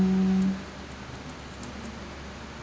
mm